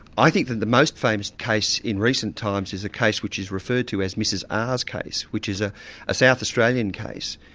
i think that the most famous case in recent times is a case which is referred to as mrs r's case, which is ah a south australian case.